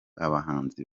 abahanzi